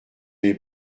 n’ai